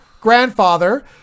grandfather